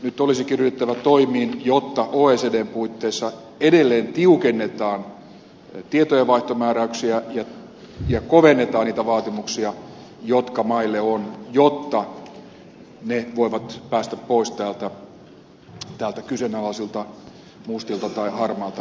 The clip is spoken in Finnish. nyt olisikin ryhdyttävä toimiin jotta oecdn puitteissa edelleen tiukennetaan tietojenvaihtomääräyksiä ja kovennetaan niitä vaatimuksia jotka maille on jotta ne voivat päästä pois näiltä kyseenalaisilta mustilta tai harmailta listoilta